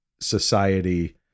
society